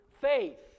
faith